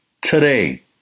today